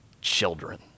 children